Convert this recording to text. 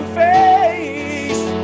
face